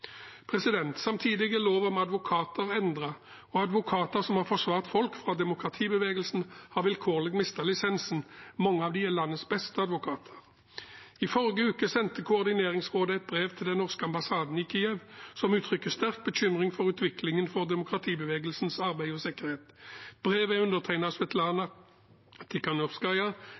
Samtidig er lov om advokater endret, og advokater som har forsvart folk fra demokratibevegelsen, har vilkårlig mistet lisensen. Mange av dem er blant landets beste advokater. I forrige uke sendte koordineringsrådet et brev til den norske ambassaden i Kiev og uttrykte sterk bekymring for utviklingen for demokratibevegelsens arbeid og sikkerhet.